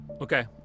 Okay